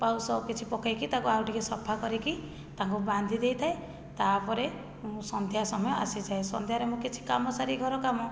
ପାଉଁଶ କିଛି ପକାଇକି ତାକୁ ଆଉ ଟିକିଏ ସଫା କରିକି ତାଙ୍କୁ ବାନ୍ଧି ଦେଇଥାଏ ତା'ପରେ ମୁଁ ସନ୍ଧ୍ୟା ସମୟ ଆସିଯାଏ ସନ୍ଧ୍ୟାରେ ମୁଁ କିଛି କାମ ସାରି ଘରକାମ